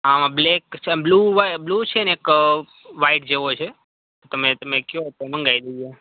આમાં બ્લેક છે બ્લ્યુ વા છે ને એક વ્હાઇટ જેવો છે તમે તમે કહો તો મંગાવી લઈએ